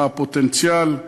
מה הפוטנציאל,